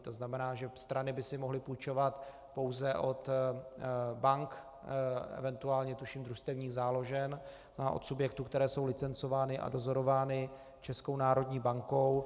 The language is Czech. To znamená, že strany by si mohly půjčovat pouze od bank, eventuálně tuším od družstevních záložen a od subjektů, které jsou licencovány a dozorovány Českou národní bankou.